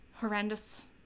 horrendous